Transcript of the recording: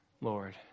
Lord